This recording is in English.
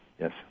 Yes